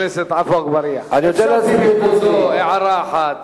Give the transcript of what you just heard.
חבר הכנסת עפו אגבאריה, אפשר הערה אחת,